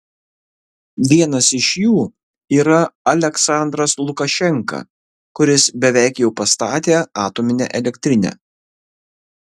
vienas iš jų yra aliaksandras lukašenka kuris beveik jau pastatė atominę elektrinę